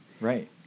Right